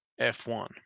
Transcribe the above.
F1